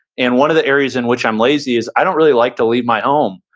and one of the areas in which i'm lazy is i don't really like to leave my ah home.